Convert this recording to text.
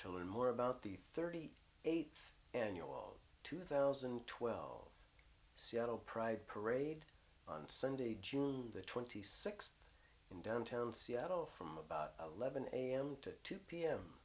to learn more about the thirty eighth annual two thousand and twelve seattle pride parade on sunday june the twenty sixth in downtown seattle from about eleven am to two p